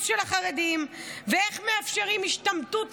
של החרדים ואיך מאפשרים השתמטות המונית.